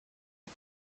the